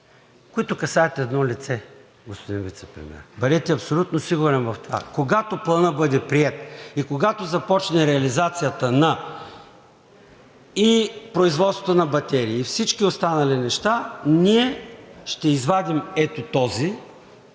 които касаят едно лице, господин Вицепремиер. Бъдете абсолютно сигурен в това. Когато Планът бъде приет и когато започне реализацията и производството на батерии, и всички останали неща, ние ще извадим ето тази